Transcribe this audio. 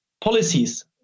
policies